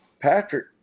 Patrick